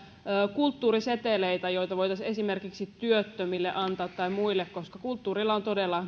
kulttuuriseteleitä joita voitaisiin esimerkiksi työttömille antaa tai muille koska kulttuurilla on todella